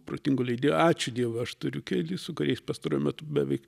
protingų leidėjų ačiū dievui aš turiu kelis su kuriais pastaruoju metu beveik